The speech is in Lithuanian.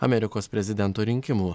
amerikos prezidento rinkimų